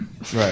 Right